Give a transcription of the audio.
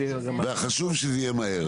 וחשוב שזה יהיה מהר.